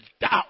doubt